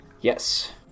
Yes